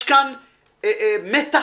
יש כאן מתח